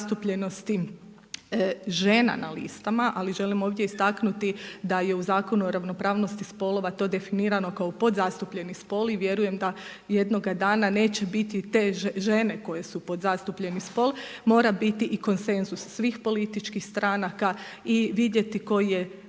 žena na listama, ali želim ovdje istaknuti da je u Zakonu o ravnopravnosti spolova to definirano kao podzastupljeni spol i vjerujem da jednoga dana neće biti te žene koje su podzastupljeni spol mora biti i konsenzus svih političkih stranaka i vidjeti koji je